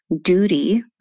duty